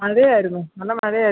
മഴ ആയിരുന്നു നല്ല മഴ ആയിരുന്നു